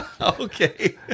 Okay